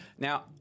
Now